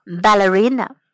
Ballerina